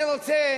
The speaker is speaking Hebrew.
אני רוצה